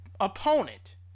opponent